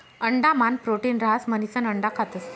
अंडा मान प्रोटीन रहास म्हणिसन अंडा खातस